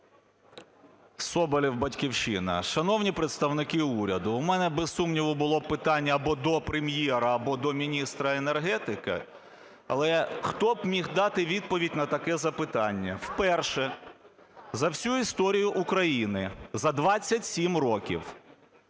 Соболєв, "Батьківщина". Шановні представники уряду, у мене, без сумнівну, було б питання або до Прем'єра, або міністра енергетики, але хто б міг дати відповідь на таке запитання. Вперше за всю історію України, за 27 років,